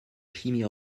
chimie